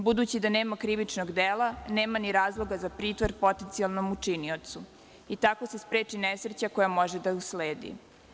Budući da nema krivičnog dela nema ni razloga za pritvor potencionalnom učiniocu i tako se spreči nesreća koja može da usledi.